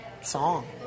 song